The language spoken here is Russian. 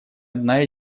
одна